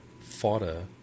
fodder